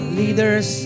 leaders